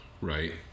right